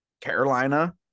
Carolina